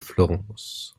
florence